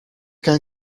can